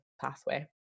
pathway